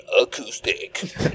Acoustic